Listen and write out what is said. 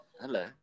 Hello